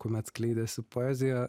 kuomet skleidėsi poezija